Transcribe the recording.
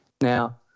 Now